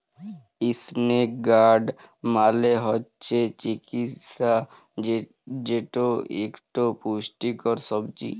ইসনেক গাড় মালে হচ্যে চিচিঙ্গা যেট ইকট পুষ্টিকর সবজি